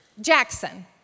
Jackson